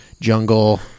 jungle